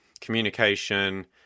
communication